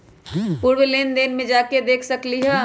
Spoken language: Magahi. पूर्व लेन देन में जाके देखसकली ह?